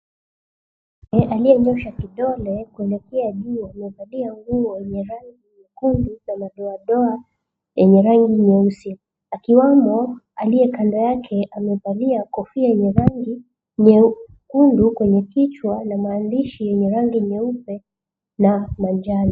...Aliyenyosha kidole kuelekea juu, amevalia nguo yenye rangi nyekundu na madoadoa yenye rangi nyeusi. Akiwamo, aliye kando yake amevalia kofia yenye rangi nyekundu kwenye kichwa na maandishi yenye rangi nyeupe na manjano.